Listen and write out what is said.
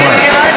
תנחומיי.